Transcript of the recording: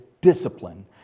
discipline